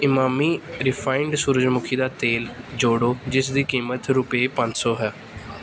Emami refined ਸੂਰਜਮੁਖੀ ਦਾ ਤੇਲ ਜੋੜੋ ਜਿਸ ਦੀ ਕੀਮਤ ਰੁਪਏ ਪੰਜ ਸੌ ਹੈ